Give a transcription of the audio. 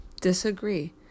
Disagree